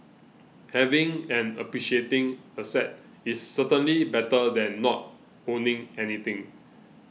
having an appreciating asset is certainly better than not owning anything